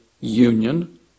Union